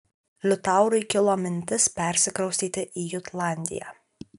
liutaurui kilo mintis persikraustyti į jutlandiją